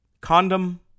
Condom